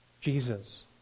Jesus